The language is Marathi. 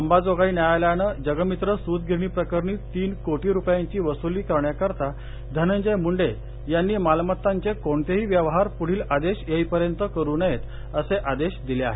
अंबाजोगाई न्यायालयानं जगमित्र सुतगिरणी प्रकरणी तीन कोटी रुपयांची वसुली करण्याकरता धनंजय मुंडे यांनी मालमत्तांचे कोणतेहि व्यवहार पुढिल आदेश येई पर्यंत करू नयेत असे आदेश दिले आहेत